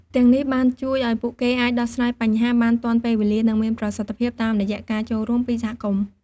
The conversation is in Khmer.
ទាំងនេះបានជួយឱ្យពួកគេអាច ដោះស្រាយបញ្ហាបានទាន់ពេលវេលា និងមានប្រសិទ្ធភាពតាមរយៈការចូលរួមពីសហគមន៍។